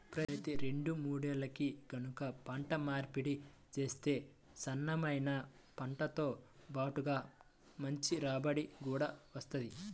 ప్రతి రెండు మూడేల్లకి గనక పంట మార్పిడి చేత్తే నాన్నెమైన పంటతో బాటుగా మంచి రాబడి గూడా వత్తది